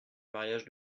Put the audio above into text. mariage